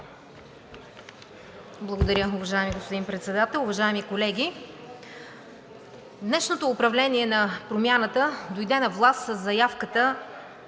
Благодаря. Уважаеми господин Председател, уважаеми колеги! Днешното управление на Промяната дойде на власт със заявката